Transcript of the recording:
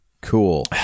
Cool